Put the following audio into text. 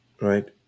right